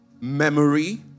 memory